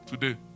today